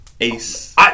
Ace